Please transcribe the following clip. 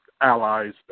allies